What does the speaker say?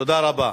תודה רבה.